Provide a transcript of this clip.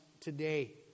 today